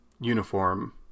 uniform